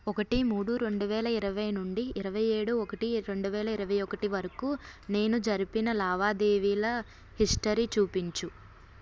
ఒకటి మూడు రెండువేల ఇరవై నుండి ఇరవై ఏడు ఒకటి రెండువేల ఇరవై ఒకటి వరకు నేను జరిపిన లావాదేవీల హిస్టరీ చూపించు